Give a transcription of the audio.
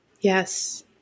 Yes